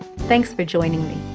thanks for joining me.